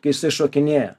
kai jisai šokinėja